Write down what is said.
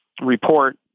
report